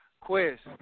Quest